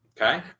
okay